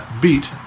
beat